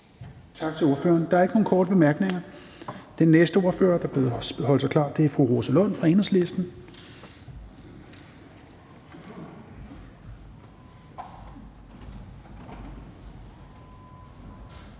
Tak til ordføreren. Der er ikke nogen korte bemærkninger. Den næste ordfører, der bedes gøre sig klar, er fru Rosa Lund fra Enhedslisten.